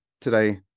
today